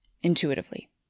intuitively